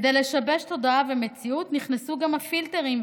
כדי לשבש תודעה ומציאות נכנסו גם הפילטרים,